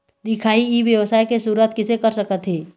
दिखाही ई व्यवसाय के शुरुआत किसे कर सकत हे?